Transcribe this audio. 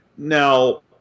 Now